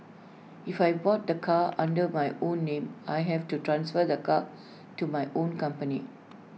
if I bought the car under my own name I have to transfer the car to my own company